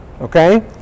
Okay